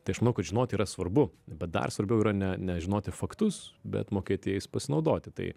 tai aš manau kad žinoti yra svarbu bet dar svarbiau yra ne ne žinoti faktus bet mokėti jais pasinaudoti tai